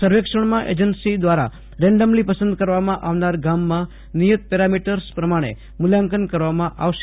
સર્વેક્ષણમાં એજન્સી ક્રારા રેન્ડમલી પસંદ કરવામાં આવનાર ગામમાં નિચત પેરામીટર્સ પ્રમાણે મૂલ્યાંકન કરવામાં આવશે